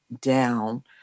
down